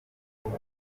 bamwe